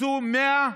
הקצו 103